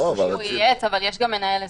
הוא ייעץ אבל יש גם מנהל הסדר.